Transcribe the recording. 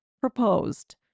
proposed